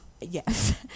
yes